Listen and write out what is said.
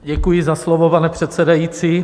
Děkuji za slovo, pane předsedající.